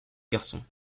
garçons